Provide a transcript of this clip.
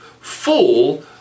full